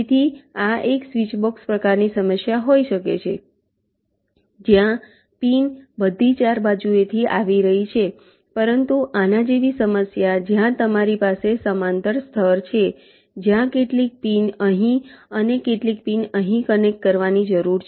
તેથી આ એક સ્વીચ બોક્સ પ્રકારની સમસ્યા હોઈ શકે છે જ્યાં પિન બધી 4 બાજુઓથી આવી રહી છે પરંતુ આના જેવી સમસ્યા જ્યાં તમારી પાસે સમાંતર સ્તર છે જ્યાં કેટલીક પિન અહીં અને કેટલીક પિન અહીં કનેક્ટ કરવાની જરૂર છે